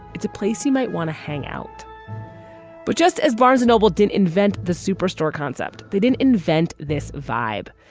it's a place you might want to hang out but just as barnes noble didn't invent the superstore concept, they didn't invent this vibe.